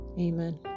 amen